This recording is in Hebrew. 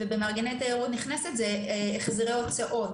במארגני תיירות נכנסת זה החזרי הוצאות,